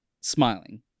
smiling